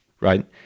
right